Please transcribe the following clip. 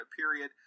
period